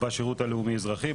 בשירות הלאומי אזרחי.